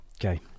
Okay